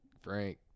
Frank